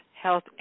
Health